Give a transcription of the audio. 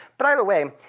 but either way,